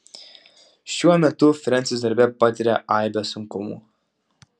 šiuo metu frensis darbe patiria aibę sunkumų